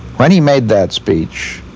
when he made that speech,